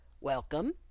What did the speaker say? Welcome